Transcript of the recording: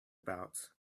about